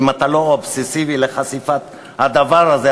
כי אם אתה לא אובססיבי לחשיפת הדבר הזה,